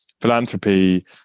philanthropy